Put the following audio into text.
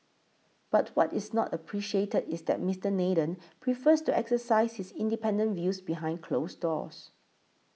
but what is not appreciated is that Mister Nathan prefers to exercise his independent views behind closed doors